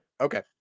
Okay